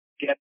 get